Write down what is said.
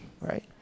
right